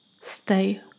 stay